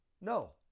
No